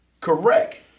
Correct